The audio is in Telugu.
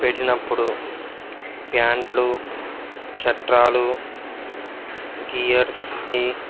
పెట్డినప్పుడు ప్యాంట్లు చట్రాలు గేర్స్కి